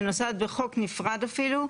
שנוסד בחוק נפרד אפילו,